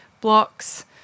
blocks